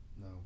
no